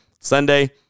Sunday